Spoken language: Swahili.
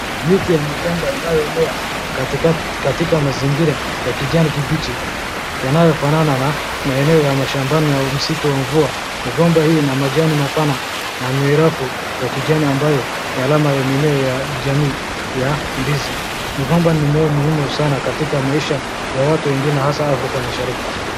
Miti ya migomba inayomea katika mazingira ya kijani kibichi yanayofanana na maeneo ya mashambani au msitu wa mvua. Migomba hii ina majani mapana na mirefu ya kijani ambayo ya alama ya mimea ya jamii ya ndizi. Migomba ni mimea muhimu katika maisha ya watu wengi hasa Afrika mashariki.